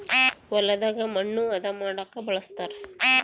ಹೊಲದಾಗ ಮಣ್ಣು ಹದ ಮಾಡೊಕ ಬಳಸ್ತಾರ